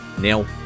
Now